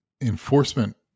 enforcement